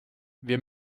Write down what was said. wir